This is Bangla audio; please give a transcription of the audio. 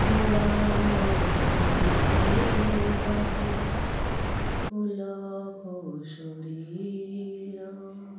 গৌড়াঙ্গ বলিতে হবে পুলক শরীর